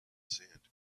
sand